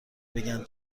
بگن